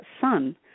son